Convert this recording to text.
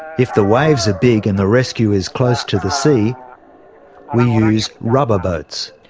if the waves are big and the rescue is close to the sea we use rubber boats.